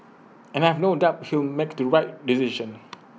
and I have no doubt he'll make the right decision